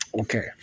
Okay